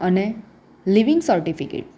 અને living certificate